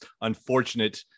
unfortunate